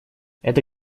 эта